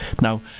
Now